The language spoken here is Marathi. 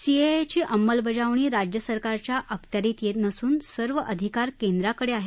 सीएएची अंमलबजावणी राज्य सरकारच्या अखत्यारीत येत नसून सर्व अधिकार केंद्राकडे आहे